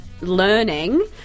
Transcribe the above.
learning